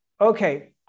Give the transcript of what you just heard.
okay